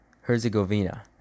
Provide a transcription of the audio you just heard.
Herzegovina